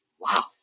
Wow